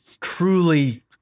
truly